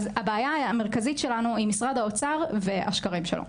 אז הבעיה המרכזית שלנו היא עם משרד האוצר והשקרים שלו.